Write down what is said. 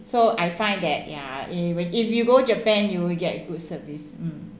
so I find that ya if when if you go japan you will get good service mm